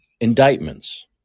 indictments